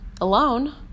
alone